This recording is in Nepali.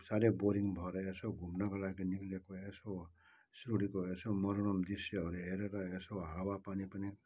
साह्रै बोरिङ भएर यसो घुम्नुको लागि निस्केको यसो सिलगढीको यसो मनोरम दृश्यहरू हेरेर यसो हावा पानी पनि